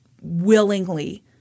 willingly –